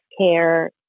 care